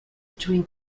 between